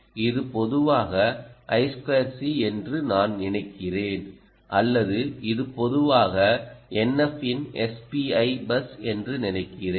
இது பொதுவாக I2C என்று நான் நினைக்கிறேன் அல்லது இது பொதுவாக NF இன் SPI பஸ் என்று நினைக்கிறேன்